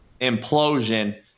implosion